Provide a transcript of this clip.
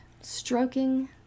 stroking